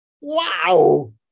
Wow